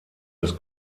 des